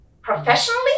professionally